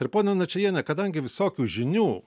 ir pone načajiene kadangi visokių žinių